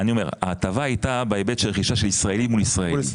אני אומר ההטבה הייתה בהיבט של רכישה של ישראלים מול ישראלים,